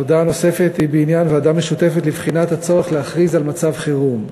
הודעה נוספת היא בעניין ועדה משותפת לבחינת הצורך להכריז על מצב חירום.